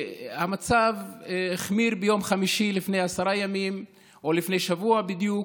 והמצב החמיר ביום חמישי לפני עשרה ימים או לפני שבוע בדיוק,